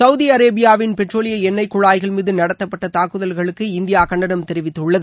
Saudi அரேபியாவின் பெட்ரோலிய எண்ணெய் குழாய்கள் மீது நடத்தப்பட்ட தாக்குதல்களுக்கு இந்தியா கண்டனம் தெரிவித்துள்ளது